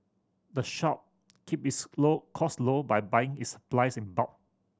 the shop keep its low cost low by buying its supplies in bulk